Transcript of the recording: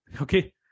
Okay